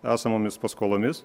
esamomis paskolomis